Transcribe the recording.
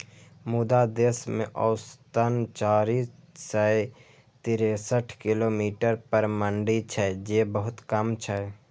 मुदा देश मे औसतन चारि सय तिरेसठ किलोमीटर पर मंडी छै, जे बहुत कम छै